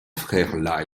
frère